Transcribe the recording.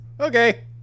okay